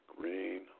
green